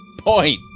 point